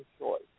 choice